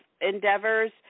endeavors